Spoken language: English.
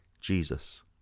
Jesus